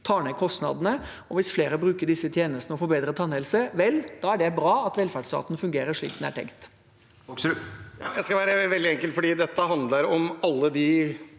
tar ned kostnadene, og hvis flere bruker disse tjenestene og får bedre tannhelse – vel, da er det bra at velferdsstaten fungerer slik den er tenkt.